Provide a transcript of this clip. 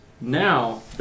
now